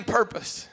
purpose